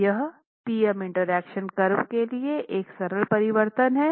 यह P M interaction curve के लिए एक सरल परिवर्तन है